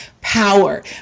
power